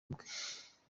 bwe